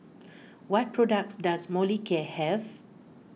what products does Molicare have